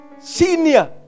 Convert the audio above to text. Senior